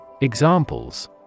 Examples